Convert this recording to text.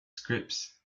scripts